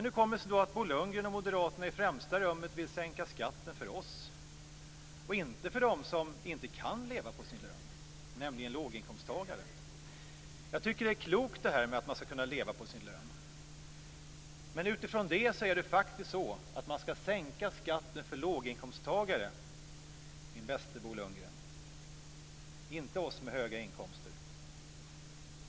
Hur kommer det sig då att Bo Lundgren och Moderaterna i första rummet vill sänka skatten för oss och inte för dem som inte kan leva på sin lön, nämligen låginkomsttagare? Det är klokt att kunna leva på sin lön. Men med utgångspunkt i det ska skatten sänkas för låginkomsttagare, min bäste Bo Lundgren, inte för oss med höga inkomster.